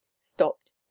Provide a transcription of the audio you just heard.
stopped